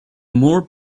more